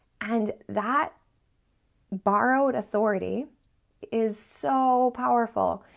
and that borrowed authority is so powerful.